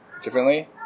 differently